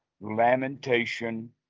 lamentation